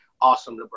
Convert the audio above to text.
awesome